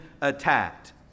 attacked